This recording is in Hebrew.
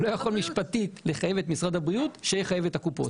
משפטית לחייב את משרד הבריאות שיחייב את הקופות.